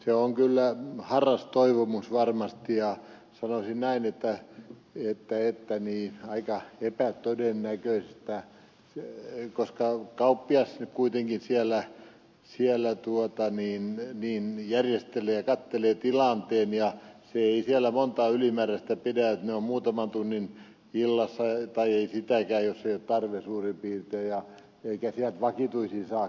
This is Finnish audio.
se on kyllä harras toivomus varmasti mutta sanoisin näin että se on aika epätodennäköistä koska kauppias kuitenkin siellä järjestelee ja katselee tilanteen ja se ei siellä montaa ylimääräistä työntekijää pidä että ne ovat muutaman tunnin illassa tai ei sitäkään jos ei ole tarve